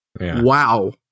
Wow